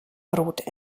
brot